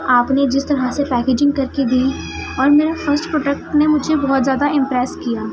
آپ نے جس طرح سے پیکجینگ کر کے دی اور میرا فسٹ پروڈکٹ نے مجھے زیادہ امپریس کیا